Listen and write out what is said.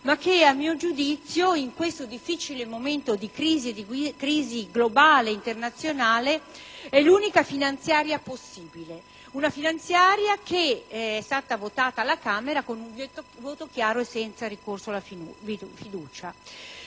ma che in questo difficile momento di crisi globale internazionale è l'unica finanziaria possibile. Una finanziaria che è stata votata alla Camera con un voto chiaro e senza ricorso alla fiducia.